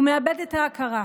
הוא מאבד את ההכרה.